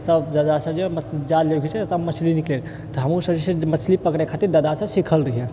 तब दादा सब जे जाल जे खिचै ने तब मछली निकलै तऽ हमहूँसब मछली पकड़ै खातिर दादासँ सिखल रहिऐ